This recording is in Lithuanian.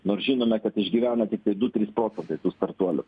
nors žinome kad išgyvena tiktai du trys procentai tų startuolių